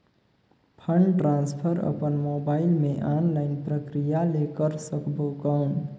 Fund transfer अपन mobile मे online प्रक्रिया ले कर सकबो कौन?